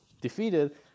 defeated